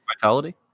Vitality